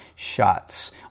shots